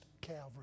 Calvary